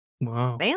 Wow